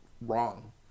wrong